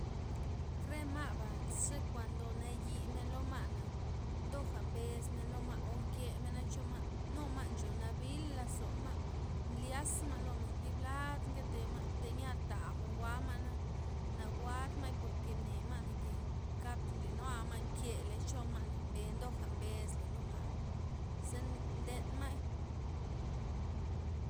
Re maba' zekuando nayimen lo ma'na, ndoja mbes men lo ma' o nkemena' cholo ma', nu ma'ncho nabil lozo ma' nlyaz ma' lomen ziblad nkete ma' tya ta jwa'n jwa'ma', naguad ma'y porke ne ma' ke kap nlyona' ma' nkeley cholo ma' me- mendoja' mbesla lo ma'na ze ndenma'y.